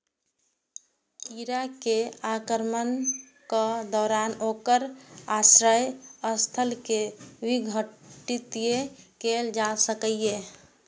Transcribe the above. कीड़ा के आक्रमणक दौरान ओकर आश्रय स्थल कें विघटित कैल जा सकैए